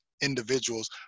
individuals